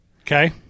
Okay